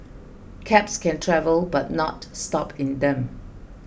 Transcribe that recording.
cabs can travel but not stop in them